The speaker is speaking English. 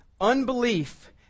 unbelief